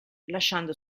lasciando